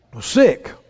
Sick